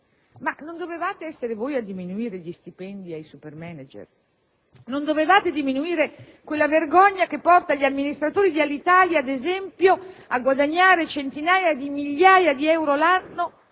Ma non dovevate essere voi a diminuire gli stipendi ai super *manager*? Non dovevate diminuire quella vergogna che porta gli amministratori di Alitalia, ad esempio, a guadagnare centinaia di migliaia di euro l'anno,